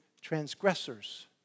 transgressors